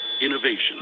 Innovation